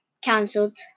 cancelled